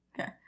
Okay